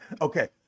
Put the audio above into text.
Okay